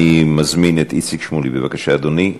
אני מזמין את איציק שמולי, בבקשה, אדוני.